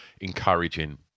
encouraging